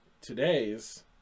today's